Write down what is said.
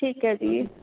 ਠੀਕ ਹੈ ਜੀ